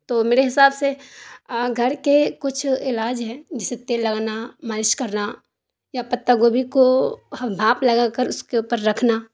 تو میرے حساب سے گھر کے کچھ علاج ہیں جیسے تیل لگانا مالش کرنا یا پتا گوبھی کو بھاپ لگا کر اس کے اوپر رکھنا